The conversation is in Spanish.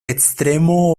extremo